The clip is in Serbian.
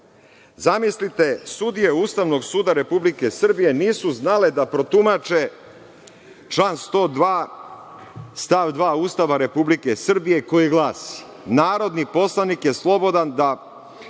zamislite sudije Ustavnog suda Republike Srbije nisu znale da protumače član 102. stav 2. Ustava Republike Srbije, koji glasi - narodni poslanik je slobodan da,